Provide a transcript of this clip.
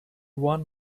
one